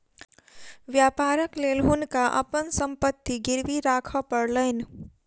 व्यापारक लेल हुनका अपन संपत्ति गिरवी राखअ पड़लैन